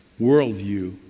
worldview